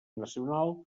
nacional